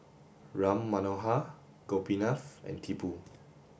Ram Manohar Gopinath and Tipu